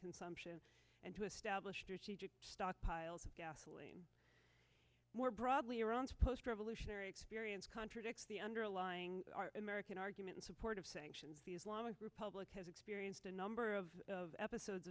consumption and to establish stockpiles of gasoline more broadly or owns post revolutionary experience contradicts the underlying american argument in support of sanctions the islamic republic has experienced a number of of episodes